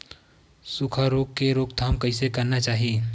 सुखा रोग के रोकथाम कइसे करना चाही?